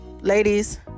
ladies